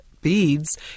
Beads